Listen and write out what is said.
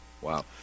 wow